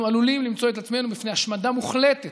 אנחנו עלולים למצוא את עצמנו בפני השמדה מוחלטת